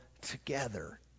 together